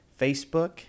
Facebook